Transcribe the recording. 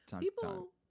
people